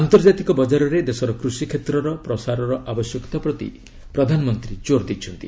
ଆନ୍ତର୍ଜାତିକ ବଜାରରେ ଦେଶର କୃଷିକ୍ଷେତ୍ରର ପ୍ରସାରର ଆବଶ୍ୟକତା ପ୍ରତି ପ୍ରଧାନମନ୍ତ୍ରୀ ଜୋର ଦେଇଛନ୍ତି